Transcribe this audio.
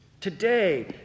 Today